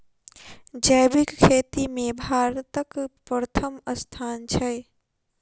जैबिक खेती मे भारतक परथम स्थान छै